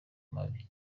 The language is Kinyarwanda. mabi